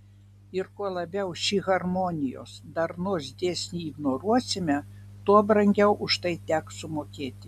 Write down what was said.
ir kuo labiau šį harmonijos darnos dėsnį ignoruosime tuo brangiau už tai teks sumokėti